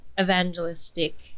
Evangelistic